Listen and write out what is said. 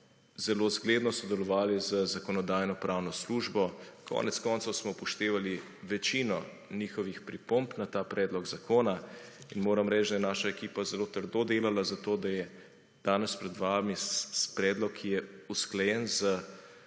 zelo zgledno sodelovali z Zakonodajno-pravno službo. Konec koncev smo upoštevali večino njihovih pripomb na ta predlog zakona in moram reči, da je naša ekipa zelo trdo delala za to, da je danes pred vami predlog, ki je usklajen z